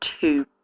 two